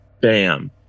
bam